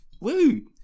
Woo